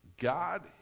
god